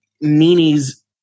Nini's